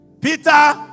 Peter